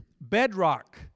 bedrock